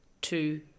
two